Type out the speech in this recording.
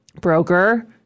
Broker